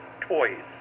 toys